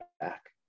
back